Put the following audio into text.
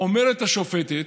אומרת השופטת,